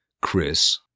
Chris